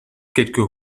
quelques